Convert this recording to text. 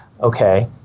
okay